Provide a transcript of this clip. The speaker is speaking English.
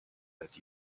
that